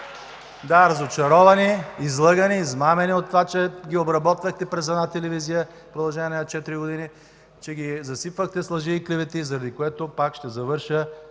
Да, разочаровани, излъгани, измамени от това, че ги обработвахте през една телевизия в продължение на четири години, че ги засипвахте с лъжи и клевети, заради което пак ще завърша,